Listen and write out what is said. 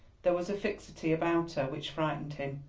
there was a fixity about her which frightened him.